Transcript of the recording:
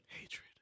hatred